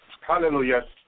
Hallelujah